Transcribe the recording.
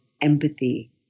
empathy